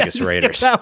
Raiders